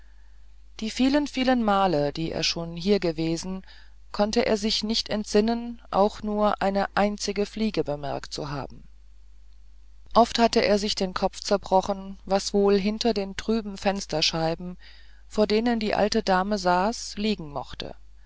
die vielen vielen male die er schon hier gewesen konnte er sich nicht entsinnen auch nur eine einzige fliege bemerkt zu haben oft hatte er sich den kopf zerbrochen was wohl hinter den trüben fensterscheiben vor denen die alte dame saß liegen mochte